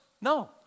No